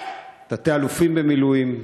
תתי-אלופים במילואים,